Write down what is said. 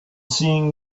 seeing